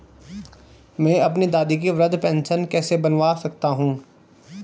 मैं अपनी दादी की वृद्ध पेंशन कैसे बनवा सकता हूँ?